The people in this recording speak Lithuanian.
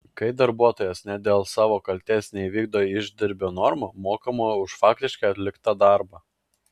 kai darbuotojas ne dėl savo kaltės neįvykdo išdirbio normų mokama už faktiškai atliktą darbą